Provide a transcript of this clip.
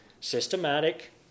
systematic